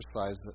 exercise